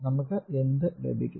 നമുക്ക് എന്ത് ലഭിക്കും